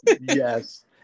Yes